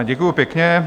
Děkuji pěkně.